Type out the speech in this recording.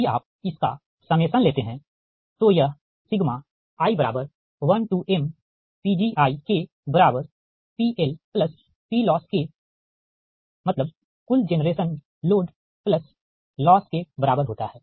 यदि आप इसका समेसन लेते है तो यह i1mPgiPLPLoss मतलब कुल जेनरेशन लोड प्लस लॉस के बराबर होता है